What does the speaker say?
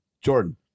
Jordan